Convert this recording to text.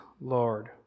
Lord